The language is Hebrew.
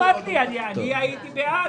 לא אכפת לי, אני הייתי בעד.